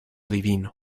divino